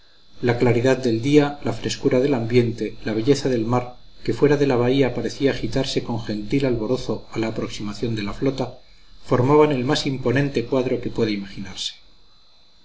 la claridad del día la frescura del ambiente la belleza del mar que fuera de la bahía parecía agitarse con gentil alborozo a la aproximación de la flota formaban el más imponente cuadro que puede imaginarse